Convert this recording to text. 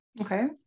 Okay